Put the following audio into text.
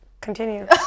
continue